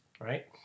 right